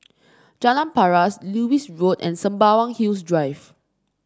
Jalan Paras Lewis Road and Sembawang Hills Drive